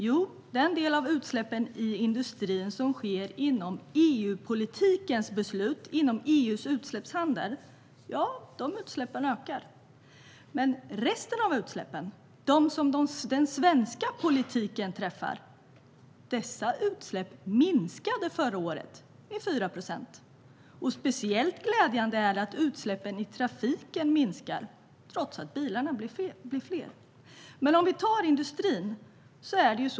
Jo, den del av utsläppen i industrin som sker inom EU-politikens beslut och inom EU:s utsläppshandel ökar. Men resten av utsläppen - den del som den svenska politiken träffar - minskade förra året med 4 procent. Speciellt glädjande är att utsläppen i trafiken minskar, trots att bilarna blir fler. Låt oss utgå från industrin.